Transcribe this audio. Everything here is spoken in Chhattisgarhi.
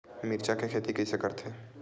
मिरचा के खेती कइसे करथे?